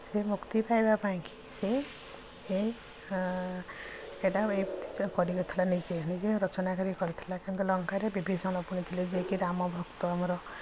ସିଏ ମୁକ୍ତି ପାଇବା ପାଇଁ ସେ ଏ ଏଇଟା କରିଥିଲା ନିଜେ ନିଜେ ରଚନା କରିକି କରିଥିଲା କିନ୍ତୁ ଲଙ୍କାରେ ବିଭୀଷଣ ପୁଣି ଥିଲେ ଯିଏ କି ରାମ ଭକ୍ତ ଆମର